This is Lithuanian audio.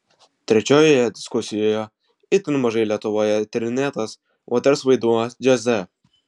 trečiojoje diskusijoje itin mažai lietuvoje tyrinėtas moters vaidmuo džiaze